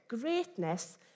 greatness